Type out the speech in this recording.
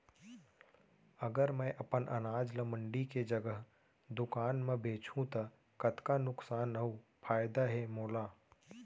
अगर मैं अपन अनाज ला मंडी के जगह दुकान म बेचहूँ त कतका नुकसान अऊ फायदा हे मोला?